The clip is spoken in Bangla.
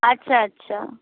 আচ্ছা আচ্ছা